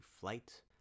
flight